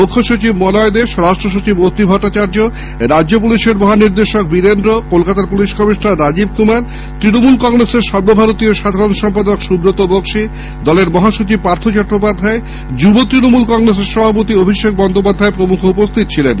মুখ্য সচিব মলয় দে স্বরাষ্ট্র সচিব অত্রি ভট্টাচার্য রাজ্য পুলিশের মহানির্দেশক বীরেন্দ্র কলকাতার পুলিশ কমিশনার রাজীব কুমার ত্ণমূল কংগ্রেসের সর্ব্বভারতীয় সাধারণ সম্পাদক সুব্রত বক্সি দলের মহাসচিব পার্খ চট্টোপাধ্যায় যুব তৃণমূল কংগ্রেসের সভাপতি অভিষেক বন্দ্যোপাধ্যায় প্রমুখ উপস্হিত ছিলেন